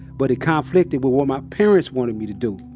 but it conflicted with what my parents wanted me to do.